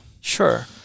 Sure